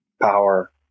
power